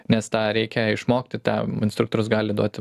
nes tą reikia išmokti tam instruktorius gali duoti